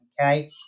okay